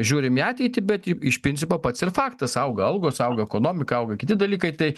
žiūrim į ateitį bet iš principo pats ir faktas auga algos auga ekonomika auga kiti dalykai tai